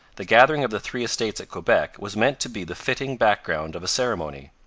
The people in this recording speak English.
the gathering of the three estates at quebec was meant to be the fitting background of a ceremony.